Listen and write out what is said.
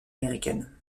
américaines